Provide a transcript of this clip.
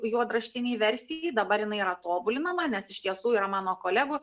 juodraštinei versijai dabar jinai yra tobulinama nes iš tiesų yra mano kolegų